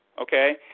okay